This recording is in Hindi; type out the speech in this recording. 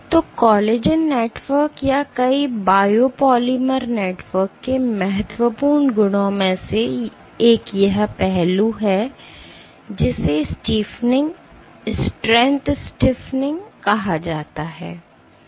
तो कोलेजन नेटवर्क या कई बायोपॉलिमर नेटवर्क के महत्वपूर्ण गुणों में से एक यह पहलू है जिसे स्टीफनिंग स्ट्रेंथ स्टीफनिंग कहा जाता है